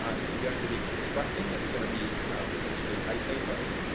if you're going to be constructing it's going to be potentially eighteen months,